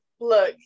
Look